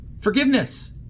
forgiveness